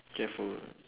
careful ah